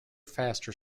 faster